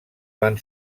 van